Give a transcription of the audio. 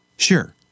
Sure